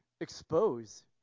expose